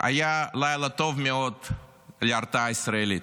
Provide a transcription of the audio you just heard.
היה לילה טוב מאוד להרתעה הישראלית,